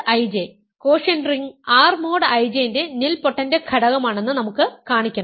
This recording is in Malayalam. aIJ quotient ring R mod IJ ന്റെ നിൽപോട്ടൻറ് ഘടകമാണെന്ന് നമുക്ക് കാണിക്കണം